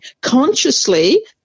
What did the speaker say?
consciously